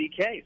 DK